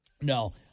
No